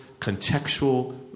contextual